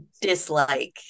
dislike